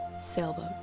sailboat